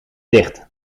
dicht